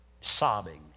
sobbing